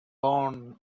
born